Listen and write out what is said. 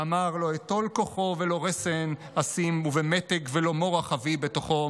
/ ואמר: לא אטול כוחו / ולא רסן אשים ומתג / ולא מורך אביא בתוכו,